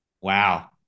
wow